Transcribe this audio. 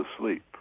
asleep